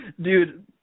dude